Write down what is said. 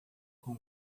com